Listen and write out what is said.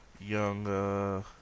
Young